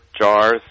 jars